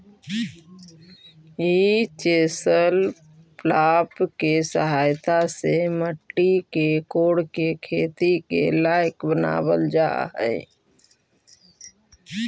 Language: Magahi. ई चेसल प्लॉफ् के सहायता से मट्टी के कोड़के खेती के लायक बनावल जा हई